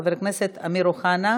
חבר הכנסת אמיר אוחנה,